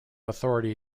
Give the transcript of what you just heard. authority